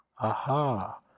Aha